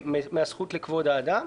מהזכות לכבוד האדם.